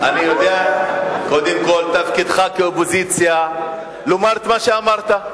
אני יודע שתפקידך, כאופוזיציה, לומר את מה שאמרת.